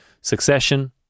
Succession